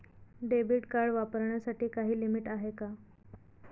Debit card वापरण्यासाठी काही limit आहे का?